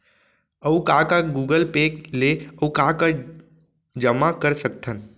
अऊ का का गूगल पे ले अऊ का का जामा कर सकथन?